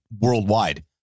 worldwide